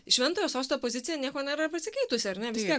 šventojo sosto pozicija nieko nėra ir pasikeitusi ar ne